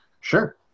Sure